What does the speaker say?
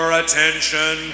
attention